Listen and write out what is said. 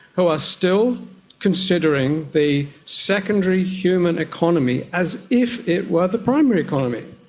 who are still considering the secondary human economy as if it were the primary economy.